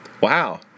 Wow